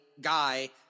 guy